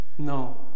No